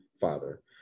Father